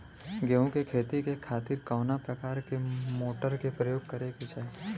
गेहूँ के खेती के खातिर कवना प्रकार के मोटर के प्रयोग करे के चाही?